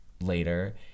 later